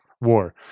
war